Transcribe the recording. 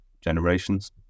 generations